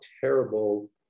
terrible